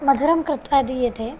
मधुरं कृत्वा दीयते